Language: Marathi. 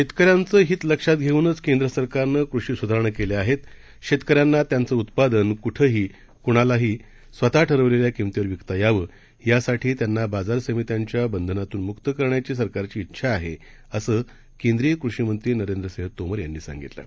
शेतकऱ्यांचं हित लक्षात घेऊनच केंद्रसरकारनं कृषी सुधारणा केल्या आहेत शेतकऱ्यांना त्यांचं उत्पादन कुठेही कुणालाही स्वतः ठरवलेल्या किंमतीवर विकता यावं यासाठी त्यांना बाजार समित्यांच्या बंधनातून मुक्त करण्याची सरकारची डेछा आहे असं केंद्रीय कृषीमंत्री नरेंद्र सिंह तोमर यांनी सांगितलं आहे